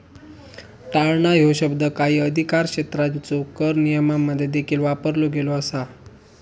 टाळणा ह्यो शब्द काही अधिकारक्षेत्रांच्यो कर नियमांमध्ये देखील वापरलो गेलो असा